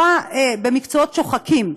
במקצועות שוחקים.